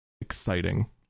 exciting